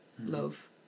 love